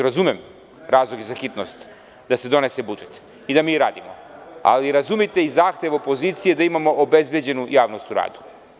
Razumem razloge za hitnost da se donese budžet i da mi radimo, ali razumite i zahtev opozicije da imamo obezbeđenu javnost u radu.